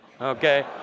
okay